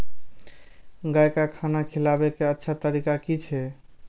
गाय का खाना खिलाबे के अच्छा तरीका की छे?